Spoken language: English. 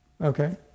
Okay